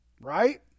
right